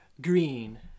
Green